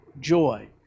joy